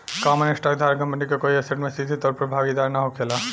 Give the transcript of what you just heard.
common stock धारक company के कोई ऐसेट में सीधे तौर पर भागीदार ना होखेला